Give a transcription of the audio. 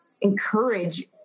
encourage